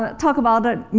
ah talk about the